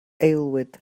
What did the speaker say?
aelwyd